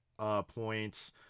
points